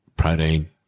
Protein